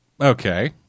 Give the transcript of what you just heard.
Okay